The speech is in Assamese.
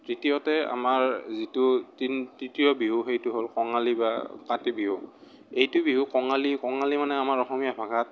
তৃতীয়তে আমাৰ যিটো তিন তৃতীয় বিহু সেইটো হ'ল কঙালী বা কাতি বিহু এইটো বিহু কঙালী কঙালী মানে আমাৰ অসমীয়া ভাষাত